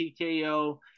TKO